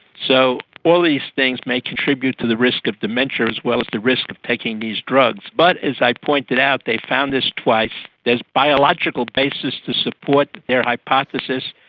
so all these things may contribute to the risk of dementia as well as a risk of taking these drugs. but, as i pointed out, they found this twice, there's biological basis to support their hypothesis,